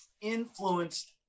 influenced